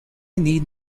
need